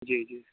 जी जी